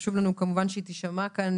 וחשוב לנו כמובן שהיא תישמע כאן,